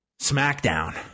SmackDown